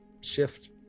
shift